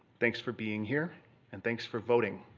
thanks for being here and thanks for voting.